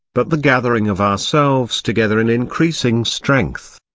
but the gathering of ourselves together in increasing strength.